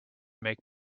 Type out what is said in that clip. make